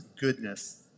goodness